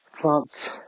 plants